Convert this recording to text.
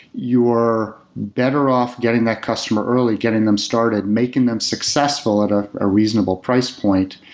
you're better off getting that customer early getting them started, making them successful at a ah reasonable price point.